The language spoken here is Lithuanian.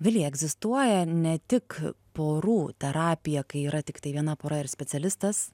vilija egzistuoja ne tik porų terapija kai yra tiktai viena pora ir specialistas